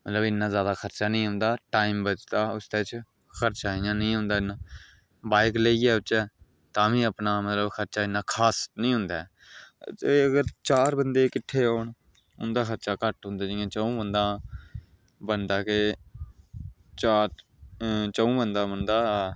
ते इन्ना जादै खर्चा निं होंदा ते टैम बचदा उसदे च खर्चा इंया निं होंदा एह्दा बाईक लेइयै औचै तां बी खर्चा अपना इन्ना खास निं होंदा ऐ ते अगर चार बंदे किट्ठे होन उंदा खर्चा घट्ट होंदा ई जियां चंऊ बंदे दा बनदा केह् के चार चंऊ बंदें दा बनदा